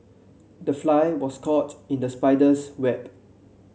the fly was caught in the spider's web